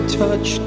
touch